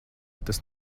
tas